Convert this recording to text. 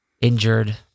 injured